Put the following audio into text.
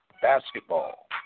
basketball